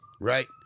Right